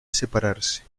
separarse